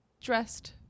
dressed